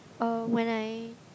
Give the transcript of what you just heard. uh when I